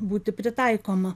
būti pritaikoma